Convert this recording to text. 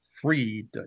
freed